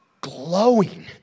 glowing